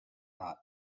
not